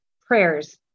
prayers